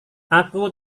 aku